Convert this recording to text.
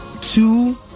Two